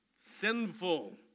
sinful